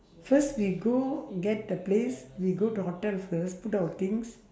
first we go get the place we go to hotel first put down our things